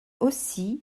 aussi